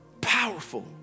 Powerful